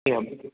एवं